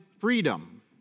freedom